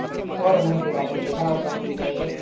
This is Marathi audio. कर महसुलातून देशाला उत्पन्न मिळते